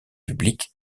public